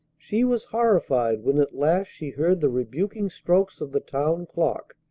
she was horrified when at last she heard the rebuking strokes of the town clock,